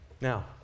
Now